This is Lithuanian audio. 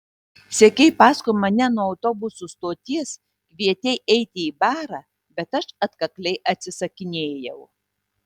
sekei paskui mane nuo autobusų stoties kvietei eiti į barą bet aš atkakliai atsisakinėjau